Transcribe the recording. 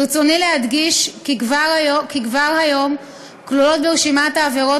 ברצוני להדגיש כי כבר היום כלולות ברשימת העבירות